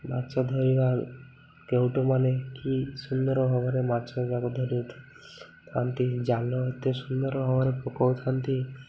ମାଛ ଧରିବା କେଉଁଠୁମାନେ କି ସୁନ୍ଦର ଭାବରେ ମାଛ ଯାକୁ ଧରି ଉଠି ଥାନ୍ତି ଜାଲ ଏତେ ସୁନ୍ଦର ଭାବରେ ପକଉଥାନ୍ତି